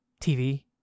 TV